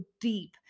deep